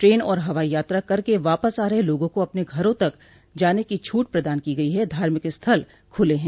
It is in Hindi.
ट्रेन और हवाई यात्रा करके वापस आ रहे लोगों को अपने घरों तक जाने की छूट प्रदान की गई है धार्मिक स्थल खुले हैं